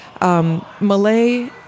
Malay